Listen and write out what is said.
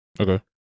Okay